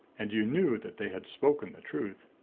and you knew that they had spoken the truth.